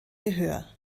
gehör